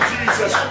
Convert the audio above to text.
Jesus